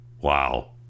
wow